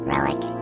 Relic